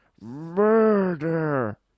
murder